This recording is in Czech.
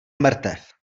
mrtev